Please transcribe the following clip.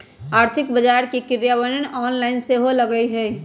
आर्थिक बजार के क्रियान्वयन ऑनलाइन सेहो होय लगलइ ह